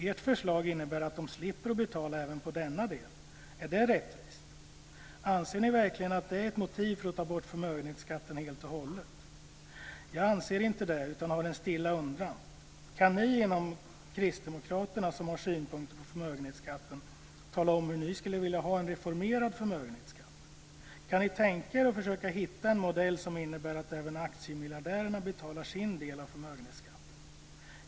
Ert förslag innebär att de slipper betala även på denna del. Är det rättvist? Anser ni verkligen att det är ett motiv för att helt och hållet ta bort förmögenhetsskatten? Jag anser inte det. I stället har jag en stilla undran: Kan ni inom Kristdemokraterna som har synpunkter på förmögenhetsskatten tala om hur ni skulle vilja ha en reformerad förmögenhetsskatt? Kan ni tänka er att försöka hitta en modell som innebär att även aktiemiljardärerna betalar sin del av förmögenhetsskatten?